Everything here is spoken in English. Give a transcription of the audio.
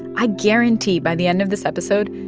i guarantee by the end of this episode,